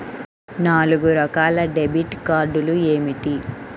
నాలుగు రకాల డెబిట్ కార్డులు ఏమిటి?